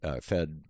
fed